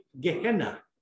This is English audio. Gehenna